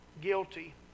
guilty